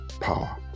power